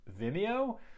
Vimeo